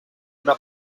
una